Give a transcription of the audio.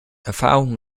erfahrungen